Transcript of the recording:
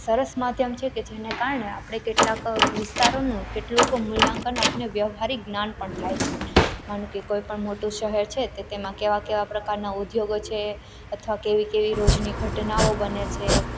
સરસ માધ્યમ છે કે જેને કારણે આપણે કેટલાક વિસ્તારોનું કેટલુંક મૂલ્યાંકન આપને વ્યવહારિક જ્ઞાન પણ થાય છે માનો કે કોઈપણ મોટું શહેર છે તે તેમાં કેવા કેવા પ્રકારના ઉદ્યોગો છે અથવા કેવી કેવી રોજની ઘટનાઓ બને છે